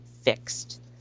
fixed